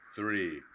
three